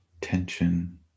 tension